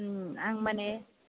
आं माने